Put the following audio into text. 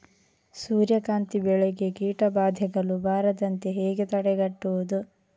ಸೂರ್ಯಕಾಂತಿ ಬೆಳೆಗೆ ಕೀಟಬಾಧೆಗಳು ಬಾರದಂತೆ ಹೇಗೆ ತಡೆಗಟ್ಟುವುದು?